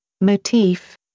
motif